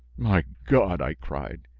my god! i cried,